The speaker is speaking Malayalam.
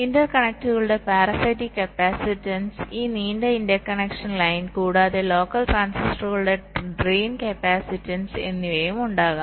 ഇന്റർകണക്റ്റുകളുടെ പാരാസൈറ്റിക് കപ്പാസിറ്റൻസ് ഈ നീണ്ട ഇന്റർകണക്ഷൻ ലൈൻ കൂടാതെ ലോക്കൽ ട്രാൻസിസ്റ്ററുകളുടെ ഡ്രെയിൻ കപ്പാസിറ്റൻസ് എന്നിവയും ഉണ്ടാകാം